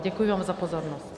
Děkuji vám za pozornost.